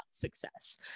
success